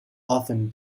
often